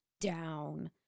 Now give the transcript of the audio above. down